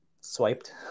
swiped